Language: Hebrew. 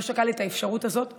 לא שקל את האפשרות הזאת להתגרש,